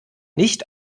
nicht